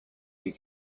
you